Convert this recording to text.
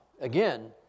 again